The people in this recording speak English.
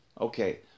okay